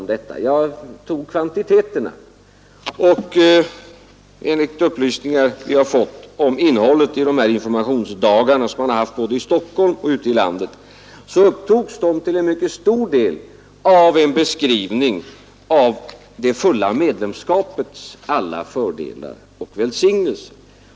Jag tog reda på kvantiteterna, och enligt upplysningar jag har fått om innehållet vid ”informationsdagarna”, som har hållits både i Stockholm och ute i landet, upptogs de till en mycket stor del av en beskrivning av det fulla medlemskapets alla fördelar och välsignelser.